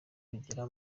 kugera